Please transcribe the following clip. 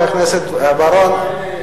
חבר הכנסת בר-און,